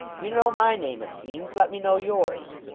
you know my name, it seems. let me know yours